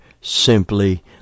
simply